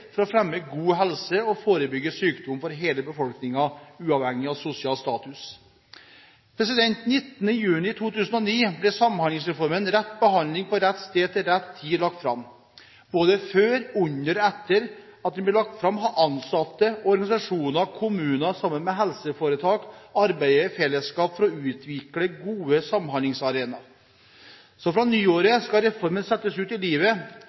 for å fremme god helse og forebygge sykdom for hele befolkningen, uavhengig av sosial status. Den 19. juni 2009 ble Samhandlingsreformen Rett behandling – på rett sted – til rett tid lagt fram. Både før og etter at den ble lagt fram, har ansatte, organisasjoner og kommuner sammen med helseforetak arbeidet i fellesskap for å utvikle gode samhandlingsarenaer. Fra nyttår skal reformen settes ut i livet,